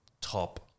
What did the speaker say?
top